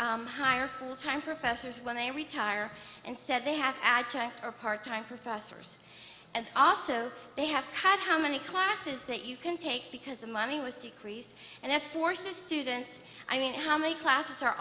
didn't hire full time professors when they retire and said they have add or part time professors and also they have cut how many classes that you can take because the money was decreased and that's for students i mean how many classes are